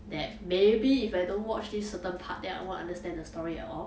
that maybe if I don't watch this certain part then I won't understand the story at all